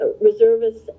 reservists